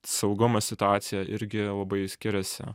saugumo situacija irgi labai skiriasi